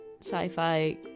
sci-fi